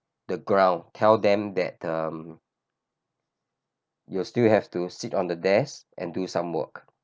the ground tell them that um you'll still have to sit on the desk and do some work